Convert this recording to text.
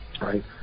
right